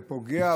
ופוגע,